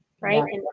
right